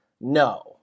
No